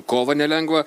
kovą nelengvą